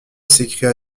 s’écria